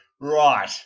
Right